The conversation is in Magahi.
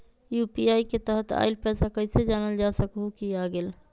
यू.पी.आई के तहत आइल पैसा कईसे जानल जा सकहु की आ गेल?